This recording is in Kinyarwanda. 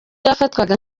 yafatwaga